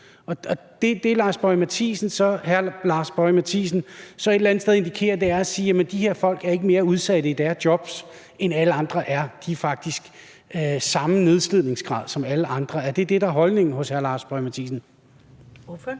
Det, hr. Lars Boje Mathiesen så et eller andet sted indikerer, er, at de folk ikke er mere udsatte i deres jobs, end alle andre er; de har faktisk samme nedslidningsgrad som alle andre. Er det det, der er holdningen hos hr. Lars Boje Mathiesen? Kl.